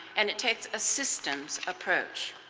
and it takes a systems approach.